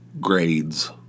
grades